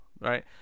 right